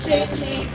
City